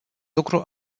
lucru